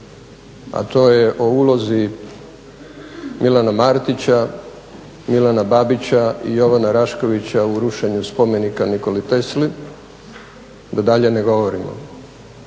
a to je o ulozi Milana Martića, Milana Babića i Jovana Raškovića u rušenju spomenika Nikoli Tesli, da dalje ne govorimo.